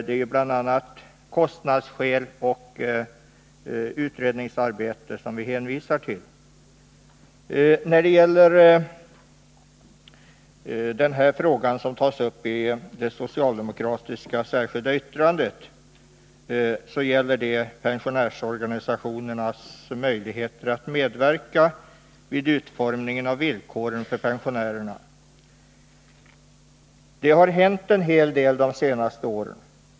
Det är bl.a. kostnadsskäl och utredningsarbete som vi hänvisar till. Den fråga som tas upp i det socialdemokratiska särskilda yttrandet gäller pensionärsorganisationernas möjligheter att medverka vid utformningen av villkoren för pensionärerna. Det har hänt en hel del under de senaste åren.